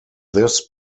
this